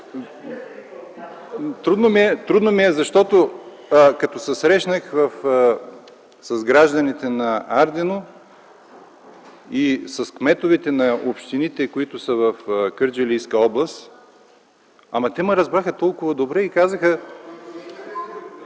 Трудно ми е, защото като се срещнах с гражданите на Ардино и с кметовете на общините, които са в Кърджалийска област, ама те ме разбраха толкова добре и казаха...